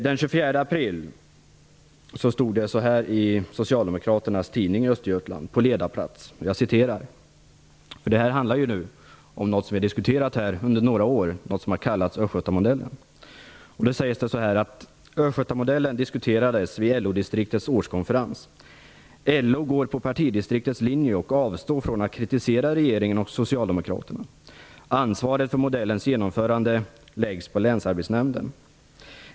Jag skall läsa vad som stod på ledarplats i Socialdemokraternas tidning i Östergötland den 24 april - detta handlar om något som vi här har diskuterat under några år, den s.k. Östgötamodellen: Östgötamodellen diskuterades vid LO-distriktets årskonferens. LO går på partidistriktets linje och avstår från att kritisera regeringen och Socialdemokraterna. Ansvaret för modellens genomförande läggs på länsarbetsnämnden.